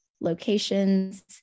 locations